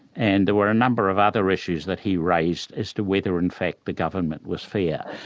and there were a number of other issues that he raised as to whether in fact the government was fair.